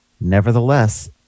Nevertheless